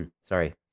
Sorry